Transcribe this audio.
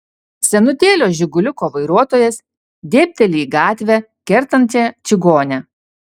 senutėlio žiguliuko vairuotojas dėbteli į gatvę kertančią čigonę